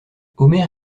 omer